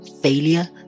failure